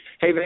hey